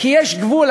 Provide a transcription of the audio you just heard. כי יש גבול.